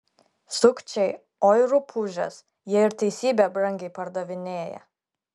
sukčiai oi rupūžės jie ir teisybę brangiai pardavinėja